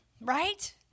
right